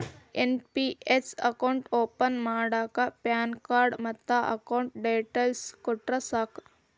NPS account open ಮಾಡಾಕ PAN card ಮತ್ತ account details ಕೊಟ್ರ ಸಾಕ